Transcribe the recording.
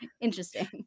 Interesting